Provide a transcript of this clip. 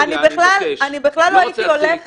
אני בכלל לא הייתי הולכת --- יוליה, אני מבקש.